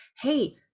hey